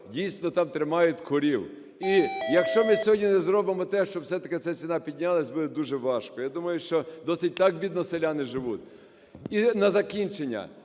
дійсно там тримають корів. І якщо ми сьогодні не зробимо те, щоб все-таки ця ціна піднялась, буде дуже важко. Я думаю, що досить так бідно селяни живуть. І на закінчення.